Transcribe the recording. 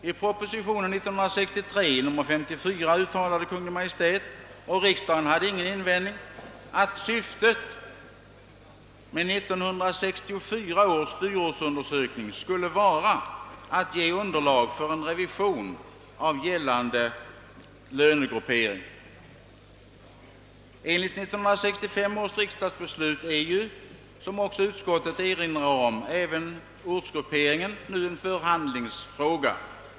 I proposition nr 54 år 1963 uttalade Kungl. Maj:t — och riksdagen hade ingen invändning att göra — att syftet med 1964 års dyrortsundersökning skulle vara att ge underlag för en revision av gällande lönegruppering. Enligt 1965 års riksdagsbeslut är — som utskottet också erinrar om — även ortsgrupperingen nu en förhandlingsfråga.